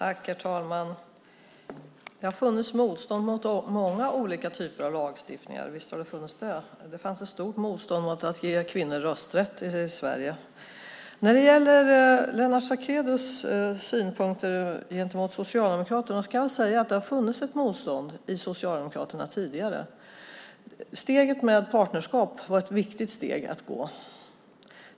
Herr talman! Det har funnits motstånd mot många olika typer av lagstiftningar. Det fanns ett stort motstånd mot att ge kvinnor rösträtt i Sverige. När det gäller Lennart Sacrédeus synpunkter på Socialdemokraterna kan jag säga att det har funnits ett motstånd i Socialdemokraterna tidigare. Partnerskapet var ett viktigt steg att ta.